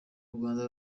rwanda